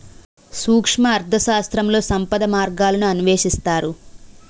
సూక్ష్మ అర్థశాస్త్రంలో సంపద మార్గాలను అన్వేషిస్తారు